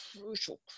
crucial